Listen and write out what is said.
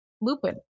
Lupin